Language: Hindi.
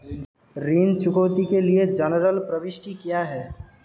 ऋण चुकौती के लिए जनरल प्रविष्टि क्या है?